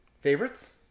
favorites